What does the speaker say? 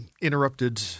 interrupted